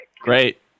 great